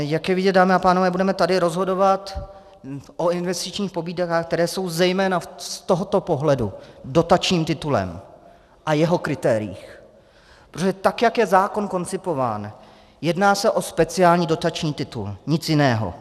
Jak je vidět, dámy a pánové, budeme tady rozhodovat o investičních pobídkách, které jsou zejména z tohoto pohledu dotačním titulem, a jeho kritériích, protože tak jak je zákon koncipován, se jedná o speciální dotační titul, nic jiného.